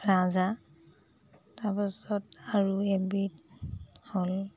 ৰাজহাঁহ তাৰপাছত আৰু এবিধ হ'ল